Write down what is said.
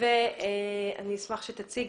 ואני אשמח שתציג,